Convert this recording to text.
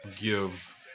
give